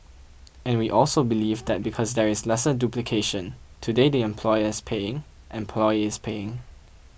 and we also believe that because there is lesser duplication today the employer is paying employee is paying